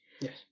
Yes